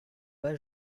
pas